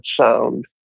sound